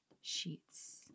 sheets